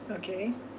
okay